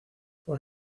por